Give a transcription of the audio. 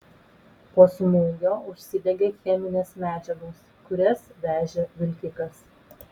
po smūgio užsidegė cheminės medžiagos kurias vežė vilkikas